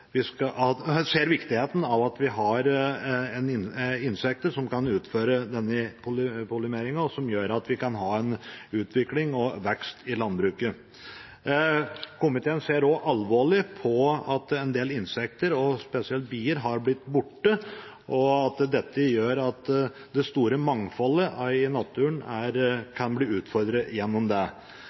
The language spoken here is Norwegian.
vi har insekter som kan pollinere og som gjør at vi har utvikling og vekst i landbruket. Komiteen ser også alvorlig på at en del insekter, spesielt bier, har blitt borte. Dette gjør at det store mangfoldet i naturen kan bli utfordret.